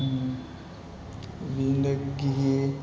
बिनि थाखाय गिहि